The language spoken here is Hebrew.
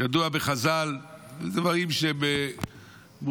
ידוע בחז"ל, דברים שהם ברורים: